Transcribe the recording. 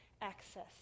access